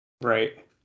right